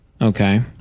Okay